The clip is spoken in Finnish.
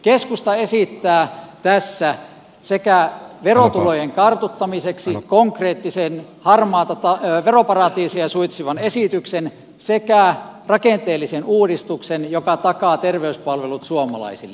keskusta esittää tässä sekä verotulojen kartuttamiseksi konkreettisen veroparatiiseja suitsivan esityksen että rakenteellisen uudistuksen joka takaa terveyspalvelut suomalaisille